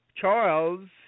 Charles